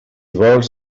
vols